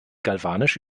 galvanisch